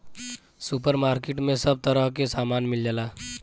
super market में सब तरह के सामान मिल जाला